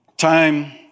Time